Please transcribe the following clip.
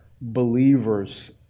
believers